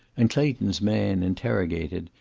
and clayton's man, interrogated,